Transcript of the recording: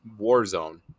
Warzone